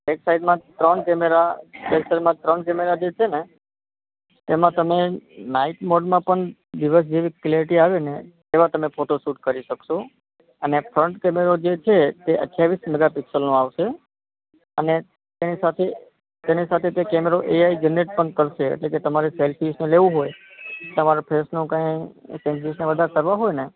back સાઈડમાં ત્રણ camera back સાઈડમાં ત્રણ કેમેરા જે છે ને એમાં તમે નાઈટ મોડમાં પણ દિવસ જેવી ક્લેરિટી આવે ને એવાં તમે ફોટો શૂટ કરી શકશો અને ફ્રન્ટ કેમેરો જે છે એ અઠ્યાવીસ મેગા પીકસેલનો આવશે અને એની સાથે તેની સાથે કંઈ કેમેરો એ આઈ જનરેટ પણ કરશે એટલે તમારે સેલ્ફી કે લેવું હોય તમારે ફેસને કંઈ ચેન્જીસને એ બધા કરવા હોય ને